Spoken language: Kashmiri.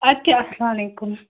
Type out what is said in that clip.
اَدٕ کیٛاہ اسلامُ علیکُم